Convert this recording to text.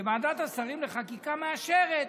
שוועדת השרים לחקיקה מאשרת.